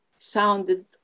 sounded